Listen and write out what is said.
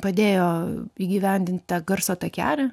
padėjo įgyvendint tą garso takelį